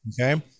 Okay